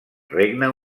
regne